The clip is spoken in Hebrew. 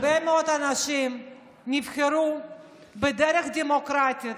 הרבה מאוד אנשים נבחרו בדרך דמוקרטית.